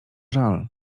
żal